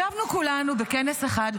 ישבנו כולנו בכנס אחד,